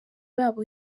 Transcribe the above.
babo